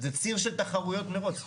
זה ציר של תחרויות מרוץ.